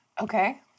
Okay